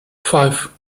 five